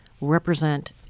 represent